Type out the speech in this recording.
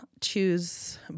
choose